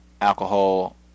alcohol